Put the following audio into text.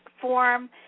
form